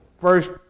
First